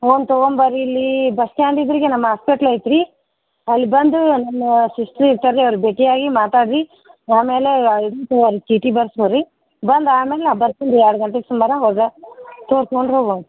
ಹ್ಞೂ ತಗೊಂಬನ್ರ್ ರೀ ಇಲ್ಲೀ ಬಸ್ ಸ್ಟ್ಯಾಂಡ್ ಎದ್ರಿಗೆ ನಮ್ಮ ಆಸ್ಪೆಟ್ಲ್ ಐತ್ರೀ ಅಲ್ಲಿ ಬಂದೂ ಆಮೇಲೇ ಸಿಸ್ಟ್ರ್ ಇರ್ತಾರೆ ರೀ ಅವ್ರಿಗೆ ಭೇಟಿಯಾಗಿ ಮಾತಾಡ್ರೀ ಆಮೇಲೆ ಇದನ್ನು ತಗೋಳ್ರಿ ಚೀಟಿ ಬರೆಸ್ಕೋ ರೀ ಬಂದು ಆಮೇಲೆ ನಾ ಬರ್ತೀನಿ ರೀ ಎರಡು ಗಂಟೆ ಸುಮಾರವಾಗ ತೊರಿಸ್ಕೊಂಡು ಹೋಗೋಣ